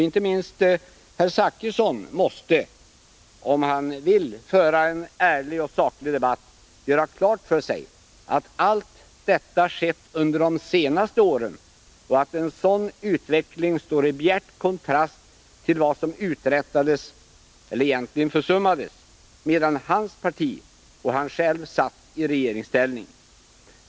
Inte minst herr Zachrisson måste, om han vill föra en ärlig och saklig debatt, göra klart för sig att allt detta har skett under de senaste åren och den utvecklingen står i bjärt kontrast till vad som uträttades — eller egentligen försummades — medan hans parti och han själv satt i regeringsställning.